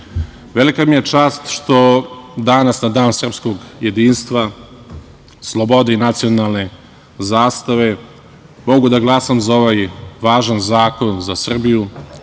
velika mi je čast što danas, na Dan srpskog jedinstva, slobode i nacionalne zastave mogu da glasam za ovaj važan zakon za Srbiju,